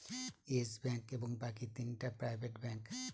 yes Bank এবং বাকি তিনটা প্রাইভেট ব্যাঙ্ক